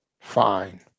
Fine